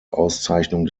auszeichnung